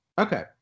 Okay